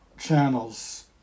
channels